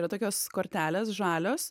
yra tokios kortelės žalios